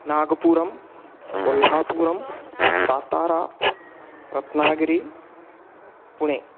नागपूरं कोल्हापुरं सातारा रत्नागिरि पुणे